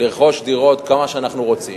לרכוש דירות כמה שאנחנו רוצים,